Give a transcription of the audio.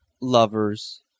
lover's